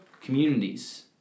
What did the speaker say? communities